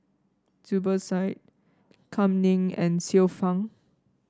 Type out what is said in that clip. Zubir Said Kam Ning and Xiu Fang